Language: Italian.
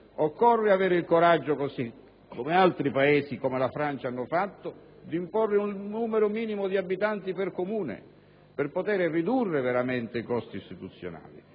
Occorre avere il coraggio, seguendo l'esempio di altri Paesi come la Francia, di imporre un numero minimo di abitanti per Comune per poter ridurre veramente i costi istituzionali.